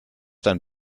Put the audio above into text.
dein